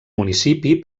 municipi